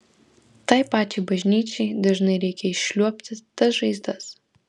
tai pačiai bažnyčiai dažnai reikia išliuobti tas žaizdas